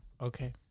Okay